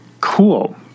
Cool